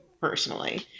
personally